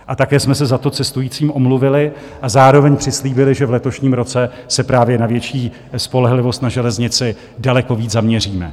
A také jsme se za to cestujícím omluvili a zároveň přislíbili, že v letošním roce se právě na větší spolehlivost na železnici daleko víc zaměříme.